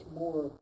more